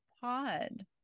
pod